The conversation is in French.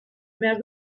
mère